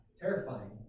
terrifying